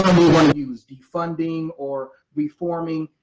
wanna use. defunding or reforming,